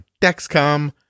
Dexcom